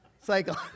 cycle